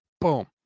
Boom